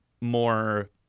more